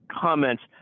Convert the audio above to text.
comments